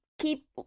Keep